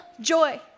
joy